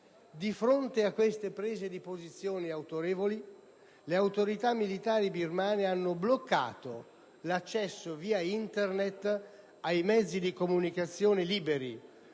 Di fronte a queste prese di posizioni autorevoli, le autorità militari birmane hanno bloccato l'accesso via Internet ai mezzi di comunicazione liberi,